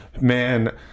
man